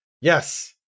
yes